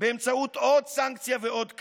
באמצעות עוד סנקציה ועוד קנס,